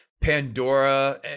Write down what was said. Pandora